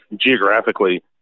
geographically